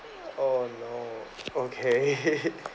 oh no okay